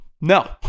No